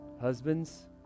Husbands